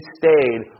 stayed